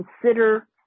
consider